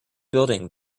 building